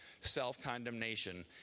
self-condemnation